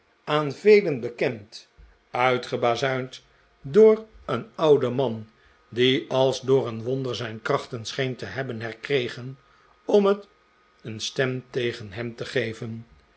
aan velen bekend uitgebazuind door een ouden man die als door een wonder zijn krachten scheen te hebben herkregen om het een stem tegen hem te geven